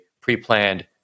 pre-planned